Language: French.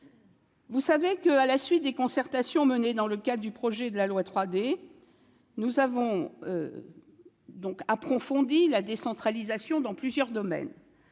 vous le savez, à la suite des concertations menées dans le cadre du projet de loi 3D, nous avons approfondi la décentralisation dans plusieurs domaines